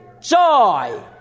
joy